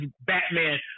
Batman